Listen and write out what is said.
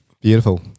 Beautiful